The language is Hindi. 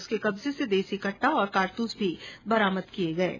उसके कब्जे से देसी कट्टा और कारतूस भी बरामद किये गये है